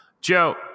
Joe